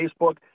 Facebook